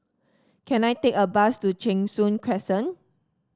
can I take a bus to Cheng Soon Crescent